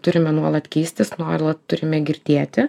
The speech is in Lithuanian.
turime nuolat keistis nuolat turime girdėti